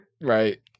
Right